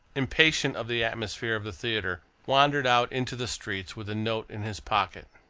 impatient of the atmosphere of the theatre, wandered out into the streets with the note in his pocket.